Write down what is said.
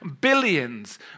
billions